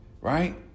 Right